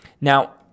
Now